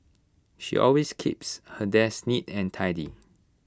she always keeps her desk neat and tidy